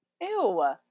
Ew